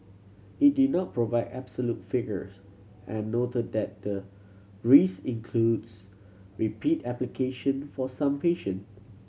it did not provide absolute figures and noted that the rise includes repeat application for some patient